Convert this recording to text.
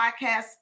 podcast